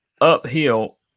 uphill